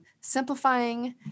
simplifying